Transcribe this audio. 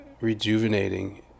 rejuvenating